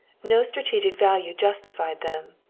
no strategic value justified them.